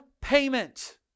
payment